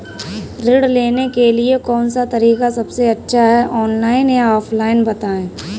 ऋण लेने के लिए कौन सा तरीका सबसे अच्छा है ऑनलाइन या ऑफलाइन बताएँ?